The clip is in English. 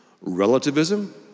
relativism